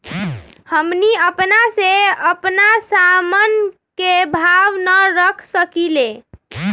हमनी अपना से अपना सामन के भाव न रख सकींले?